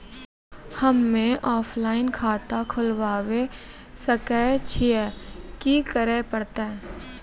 हम्मे ऑफलाइन खाता खोलबावे सकय छियै, की करे परतै?